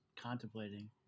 contemplating